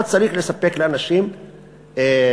אתה צריך לספק לאנשים פתרונות.